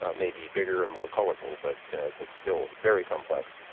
ah maybe bigger and more colorful, but but still very complex.